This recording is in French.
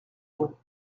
mot